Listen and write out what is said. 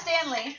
Stanley